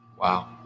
Wow